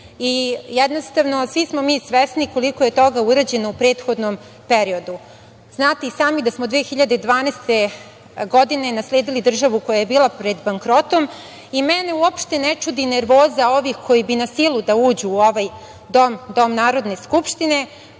i jednostavno svi smo mi svesni koliko je toga urađeno u prethodnom periodu. Znate i sami da smo 2012. godine nasledili državu koja je bila pred bankrotom i mene uopšte ne čudi nervoza ovih koji bi na silu da uđu u ovaj dom, dom Narodne skupštine,